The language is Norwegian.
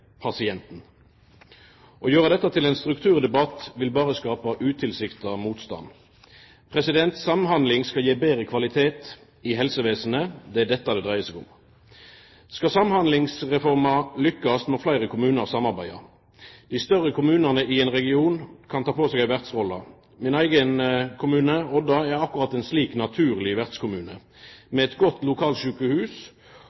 pasienten. Å gjera dette til ein strukturdebatt vil berre skapa utilsikta motstand. Samhandling skal gje betre kvalitet i helsevesenet, det er dette det dreier seg om. Skal Samhandlingsreforma lykkast, må fleire kommunar samarbeida. Dei større kommunane i ein region kan ta på seg ei vertsrolle. Min eigen kommune, Odda, er akkurat ein slik naturleg